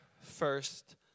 first